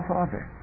Father